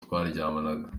twaryamanaga